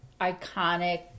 iconic